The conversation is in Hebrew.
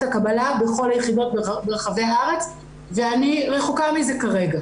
הקבלה בכל היחידות ברחבי הארץ ואני רחוקה מזה כרגע.